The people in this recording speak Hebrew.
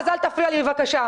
אז אל תפריע לי, בבקשה.